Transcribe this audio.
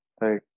right